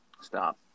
stop